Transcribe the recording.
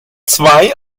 zwei